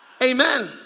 Amen